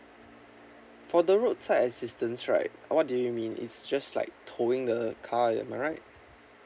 for the roadside assistance right what do you mean it's just like towing the car I am I right